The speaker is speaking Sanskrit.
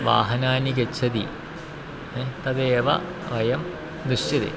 वाहनानि गच्छति ह तदेव वयं दृश्यते